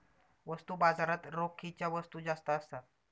वस्तू बाजारात रोखीच्या वस्तू जास्त असतात